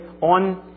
on